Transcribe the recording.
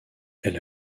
elle